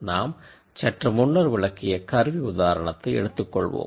நாம் சற்று முன்னர் விளக்கிய எக்யுப்மென்ட் உதாரணத்தை எடுத்துக்கொள்வோம்